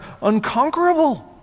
unconquerable